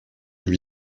lui